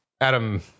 adam